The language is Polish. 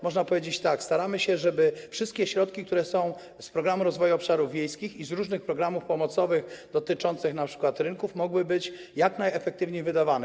Można powiedzieć tak: staramy się, żeby wszystkie środki, które są z Programu Rozwoju Obszarów Wiejskich i z różnych programów pomocowych dotyczących np. rynków, mogły być jak najefektywniej wydawane.